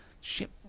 ship